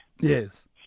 Yes